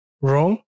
wrong